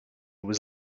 was